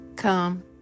Come